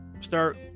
start